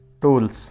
Tools